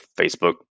Facebook